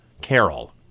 Carol